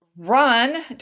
run